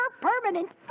permanent